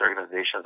organizations